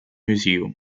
museum